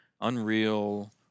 Unreal